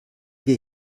wir